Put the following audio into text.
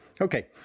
Okay